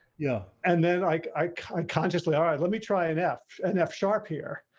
yeah. and then like i kind of consciously all right, let me try an f and f sharp here.